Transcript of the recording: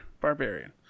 Barbarian